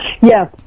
Yes